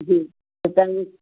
जी असांजी